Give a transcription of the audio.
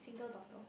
single daughter